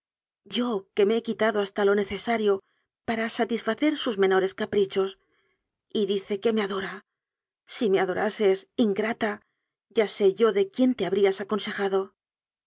yo que me he qui tado hasta lo necesario para satisfacer sus meno res caprichos y dice que me adora si me adora ses ingrata ya sé yo de quién te habrías